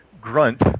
grunt